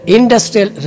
Industrial